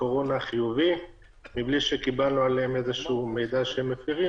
קורונה חיוני בלי שקיבלנו עליהם איזה שהוא מידע שהם מפרים.